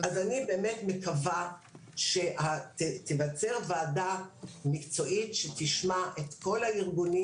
אז אני באמת מקווה שתיווצר ועדה מקצועית שתשמע את כל הארגונים